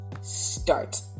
Start